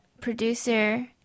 producer